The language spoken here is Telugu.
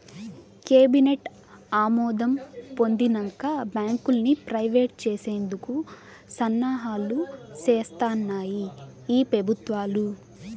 కేబినెట్ ఆమోదం పొందినంక బాంకుల్ని ప్రైవేట్ చేసేందుకు సన్నాహాలు సేస్తాన్నాయి ఈ పెబుత్వాలు